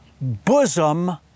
bosom